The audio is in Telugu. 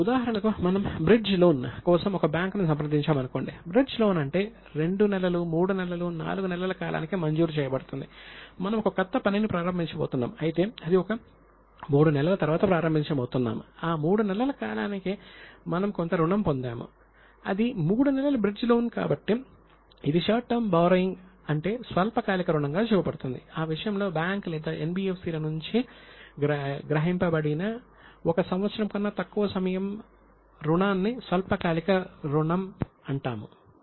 కాబట్టి ఉదాహరణకు మనం బ్రిడ్జి లోన్ ల నుండి గ్రహించబడిన ఒక సంవత్సరం కన్నా తక్కువ సమయం రుణాన్ని స్వల్పకాలిక రుణంగా అంటాము